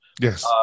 Yes